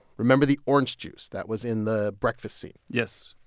remember the orange juice that was in the breakfast scene? yes,